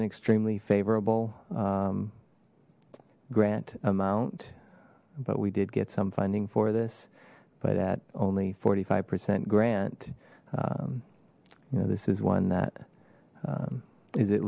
an extremely favorable grant amount but we did get some funding for this but at only forty five percent grant you know this is one that is at